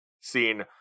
seen